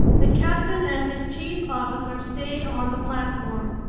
the captain and his chief officer stayed on the platform.